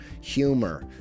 humor